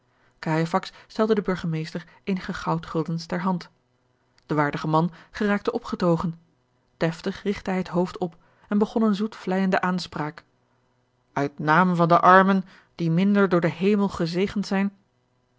stelde den burgemeester eenige goudguldens ter hand de waardige man geraakte opgetogen deftig rigtte hij het hoofd op en begon eene zoetvlijende aanspraak uit naam van de armen die minder door den hemel gezegend zijn